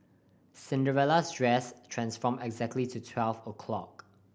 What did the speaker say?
Cinderella's dress transformed exactly to twelve o'clock